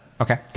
Okay